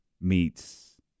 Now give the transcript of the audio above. meets